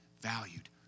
valued